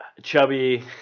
chubby